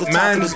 man